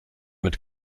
mit